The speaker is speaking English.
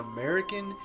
American